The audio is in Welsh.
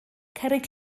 cerrig